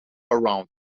around